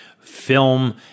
film